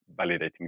validating